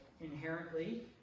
inherently